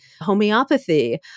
Homeopathy